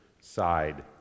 side